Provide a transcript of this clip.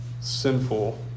Sinful